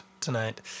tonight